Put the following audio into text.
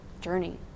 journey